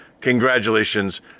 Congratulations